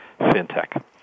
fintech